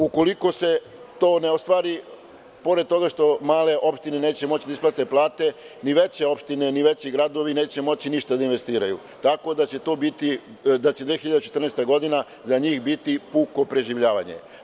Ukoliko se to ne ostvari, pored toga što male opštine neće moći da isplate plate, ni veće opštine, ni veći gradovi neće moći ništa da investiraju, tako da će 2014. godina za njih biti puko preživljavanje.